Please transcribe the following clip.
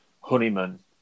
Honeyman